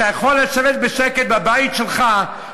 אתה יכול לשבת בשקט בבית שלך,